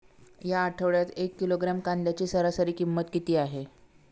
या आठवड्यात एक किलोग्रॅम कांद्याची सरासरी किंमत किती आहे?